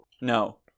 No